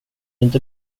inte